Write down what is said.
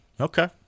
Okay